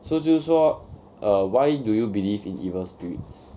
so 就是说 err why do you believe in evil spirits